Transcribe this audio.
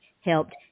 helped